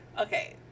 Okay